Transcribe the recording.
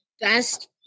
best